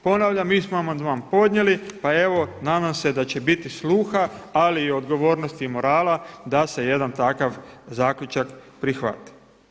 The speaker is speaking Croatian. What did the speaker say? Ponavljam, mi smo amandman podijeli pa evo nadam se da će biti sluha, ali i odgovornosti i morala da se jedan takav zaključak prihvati.